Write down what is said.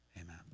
Amen